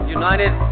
united